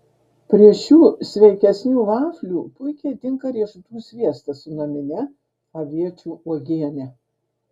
prieš šių sveikesnių vaflių puikiai tinka riešutų sviestas su namine aviečių uogiene